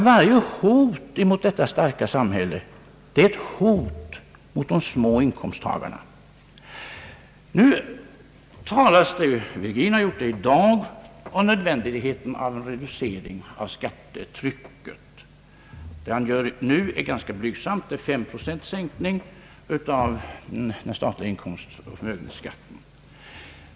Varje hot mot detta starka samhälle är också ett hot mot låginkomsttagarna. Det talas i dessa dagar om en reducering av skattetrycket — herr Virgin var nyss inne på det. Hans förslag nu är ganska blygsamt, en sänkning med 5 procent av den statliga inkomstoch förmögenhetsskatten.